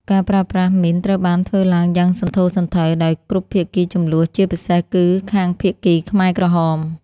ការប្រើប្រាស់មីនត្រូវបានធ្វើឡើងយ៉ាងសន្ធោសន្ធៅដោយគ្រប់ភាគីជម្លោះ ជាពិសេសគឺខាងភាគីខ្មែរក្រហម។